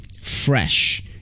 Fresh